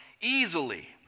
easily